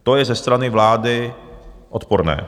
To je ze strany vlády odporné.